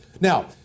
Now